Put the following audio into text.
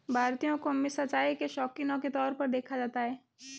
भारतीयों को हमेशा चाय के शौकिनों के तौर पर देखा जाता है